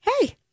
hey